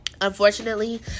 unfortunately